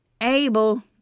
Abel